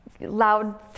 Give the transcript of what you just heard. loud